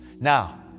Now